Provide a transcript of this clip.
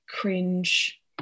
cringe